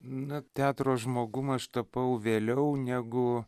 na teatro žmogum aš tapau vėliau negu